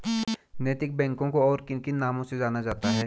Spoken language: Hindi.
नैतिक बैंकों को और किन किन नामों से जाना जाता है?